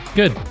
good